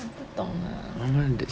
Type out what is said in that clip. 我不懂啦